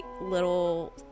little